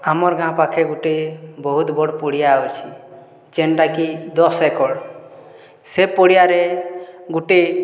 ଆମର୍ ଗାଁ ପାଖେ ଗୁଟେ ବହୁତ୍ ବଡ଼୍ ପଡ଼ିଆ ଅଛେ ଯେନ୍ଟା କି ଦଶ୍ ଏକର୍ ସେ ପଡ଼ିଆରେ ଗୁଟେ